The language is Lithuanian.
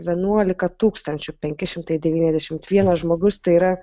vienuolika tūkstančių penki šimtai devyniasdešimt vienas žmogus tai yra